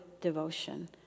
devotion